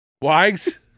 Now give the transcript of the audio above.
Wags